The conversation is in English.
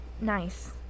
Nice